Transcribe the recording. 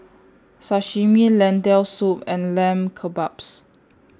Sashimi Lentil Soup and Lamb Kebabs